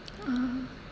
ah